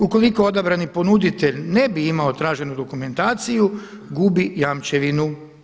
Ukoliko odabrani ponuditelj ne bi imao traženu dokumentaciju gubi jamčevinu.